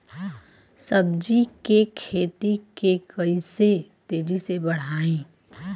सब्जी के खेती के कइसे तेजी से बढ़ाई?